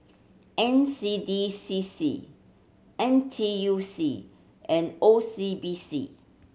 N C D C C N T U C and O C B C